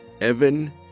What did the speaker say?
Evan